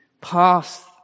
past